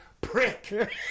prick